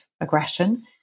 aggression